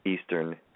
Eastern